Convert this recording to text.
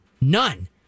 None